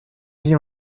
vit